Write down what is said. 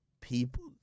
people